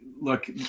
Look